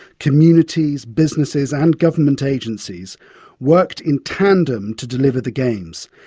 communities, businesses and government agencies worked in tandem to deliver the games.